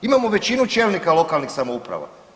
Imamo većinu čelnika lokalnih samouprava.